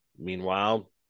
Meanwhile